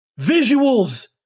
visuals